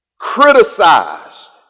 criticized